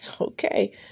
Okay